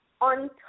on